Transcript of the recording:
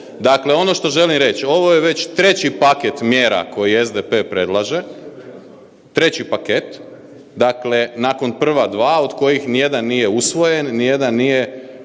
Dakle, ono što želim reći, ovo je već 3. paket mjera koji SDP predlaže. 3. paket, dakle nakon prva dva od kojih nijedan nije usvojen, nijedan nije